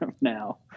now